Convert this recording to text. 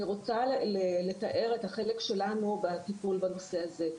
אני רוצה לתאר את החלק שלנו בטיפול בנושא הזה.